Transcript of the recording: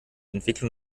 entwicklung